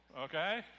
okay